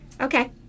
Okay